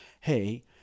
hey